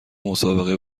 مسابقه